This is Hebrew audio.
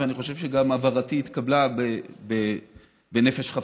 ואני חושב שגם הבהרתי התקבלה בנפש חפצה.